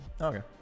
okay